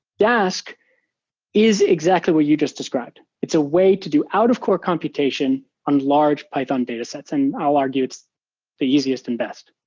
dask is exactly what you just described. i's a way to do out-of-core computation on large python datasets, and i'll argue it's the easiest and best.